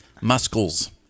muscles